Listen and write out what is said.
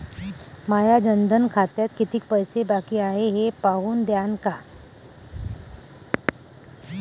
माया जनधन खात्यात कितीक पैसे बाकी हाय हे पाहून द्यान का?